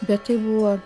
bet tai buvo